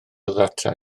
ddata